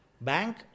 Bank